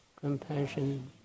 compassion